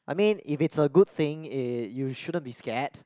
I mean if it's a good thing you shouldn't be scared